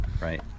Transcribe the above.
Right